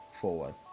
forward